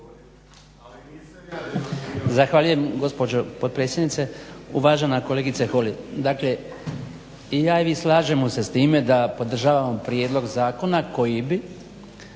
Zahvaljujem gospođo potpredsjednice. Uvažena kolegice Holy, dakle i ja i vi slažemo se s time da podržavamo prijedlog zakona koji bi